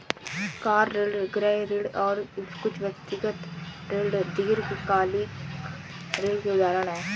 car ऋण, गृह ऋण और कुछ व्यक्तिगत ऋण दीर्घकालिक ऋण के उदाहरण हैं